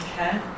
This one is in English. okay